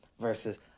versus